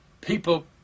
people